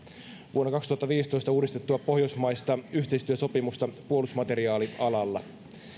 vuonna kaksituhattaviisitoista uudistettua pohjoismaista yhteistyösopimusta puolustusmateriaalialalla